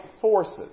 forces